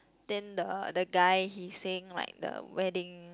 then the the guy he sing like the wedding